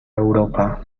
europa